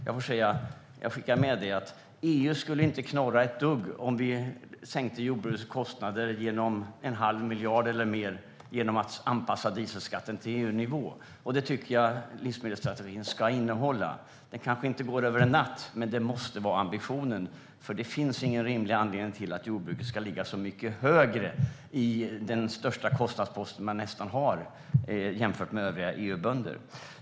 Jag skickar med att EU inte skulle knorra ett dugg som vi sänkte jordbrukets kostnader med en halv miljard eller mer genom att anpassa dieselskatten till EU-nivå. Det tycker jag livsmedelsstrategin ska innehålla. Det kanske inte går över en natt, men det måste vara ambitionen. Det finns ingen rimlig anledning till att jordbruket ska ligga så mycket högre i den nästan största kostnadspost man har jämfört med övriga EU-bönder.